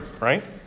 right